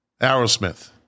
Aerosmith